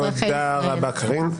תודה רבה, קארין.